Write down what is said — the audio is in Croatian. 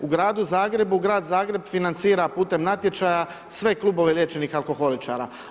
U Gradu Zagrebu, Grad Zagreb financira putem natječaja sve klubove liječenih alkoholičara.